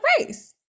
race